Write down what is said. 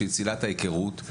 שהיא צלילת ההיכרות,